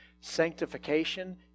Sanctification